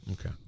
Okay